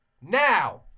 Now